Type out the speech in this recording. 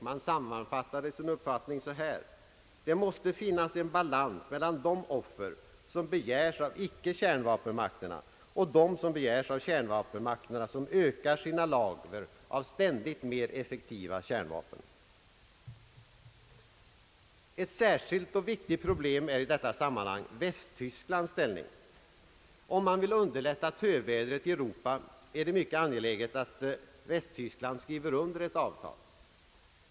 Man sammanfattade sin synpunkt på följande sätt: »Det måste finnas en balans mellan de offer som begärs av icke-kärnvapenmakterna och dem som : begärs av kärnvapenmakter na som ökar sina lager av ständigt mer effektiva kärnvapen.» Ett särskilt och viktigt problem är i detta sammanhang Västtysklands ställning. Om man vill underlätta tövädret i Europa är det mycket angeläget att Västtyskland skriver under ett avtal.